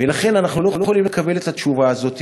ולכן אנחנו לא יכולים לקבל את התשובה הזאת,